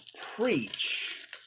preach